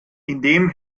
indem